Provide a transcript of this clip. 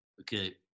Okay